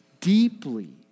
deeply